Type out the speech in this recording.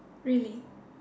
really